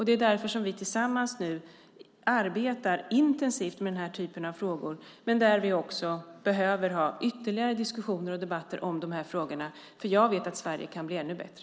Det är därför vi nu tillsammans arbetar intensivt med den här typen av frågor. Men vi behöver också ha ytterligare diskussioner och debatter om de här frågorna, för jag vet att Sverige kan bli ännu bättre.